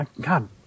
God